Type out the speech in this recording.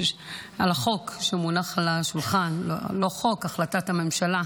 על החוק שמונח על השולחן, לא חוק, החלטת הממשלה,